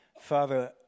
Father